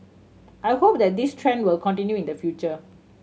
I hope that this trend will continue in the future